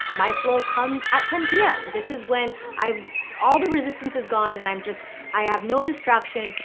my flow comes at ten pm. this is when i've all the resistance is gone and i'm just i have no distractions,